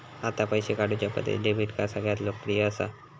आता पैशे काढुच्या पद्धतींत डेबीट कार्ड सगळ्यांत लोकप्रिय असा